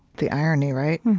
the irony, right?